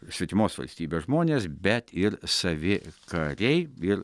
svetimos valstybės žmonės bet ir savi kariai ir